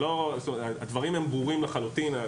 הדברים הם ברורים לחלוטין.